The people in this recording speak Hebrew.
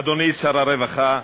אדוני שר הרווחה,